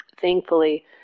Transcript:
thankfully